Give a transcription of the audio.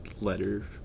letter